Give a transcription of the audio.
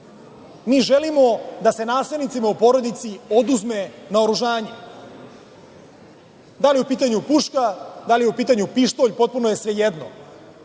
želimo da se nasilnicima u porodici oduzme naoružanje, da li je u pitanju puška, da li je u pitanju pištolj, potpuno je svejedno.